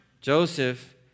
Joseph